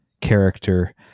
character